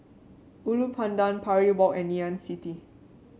Ulu Pandan Parry Walk and Ngee Ann City